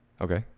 Okay